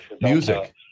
Music